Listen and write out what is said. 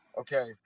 Okay